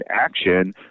action